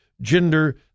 gender